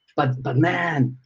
but ah man,